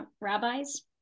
rabbis